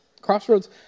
Crossroads